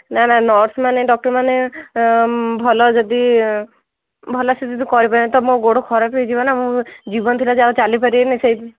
ନାଁ ନାଁ ନର୍ସମାନେ ଡକ୍ଟରମାନେ ଭଲ ଯଦି ଭଲସେ ଯଦି କରି ପାରିବେନି ତ ମୋ ଗୋଡ଼ ଖରାପ ହେଇଯିବ ନାଁ ଜୀବନ ଥିବା ଯାଏଁ ଆଉ ଚାଲି ପାରିବିନି ସେଥିପାଇଁ